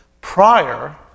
prior